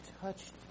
touched